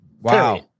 Wow